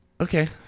Okay